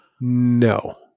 No